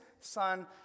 son